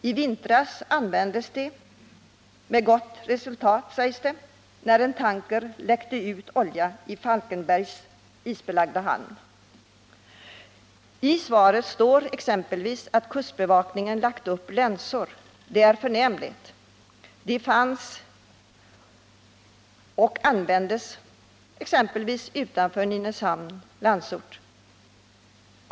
I vintras användes detta, med gott resultat sägs det, när en tanker läckte ut olja i Falkenbergs isbelagda hamn. I svaret står exempelvis att kustbevakningen har lagt ut länsor. Det är förnämligt. De fanns och användes vid Landsort utanför Nynäshamn.